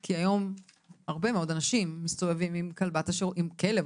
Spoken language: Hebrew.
כי היום הרבה מאוד אנשים מסתובבים עם כלב או